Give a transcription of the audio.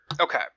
Okay